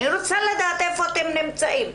אני רוצה לדעת איפה אתם נמצאים.